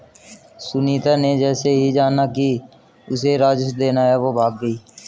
सुनीता ने जैसे ही जाना कि उसे राजस्व देना है वो भाग गई